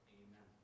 amen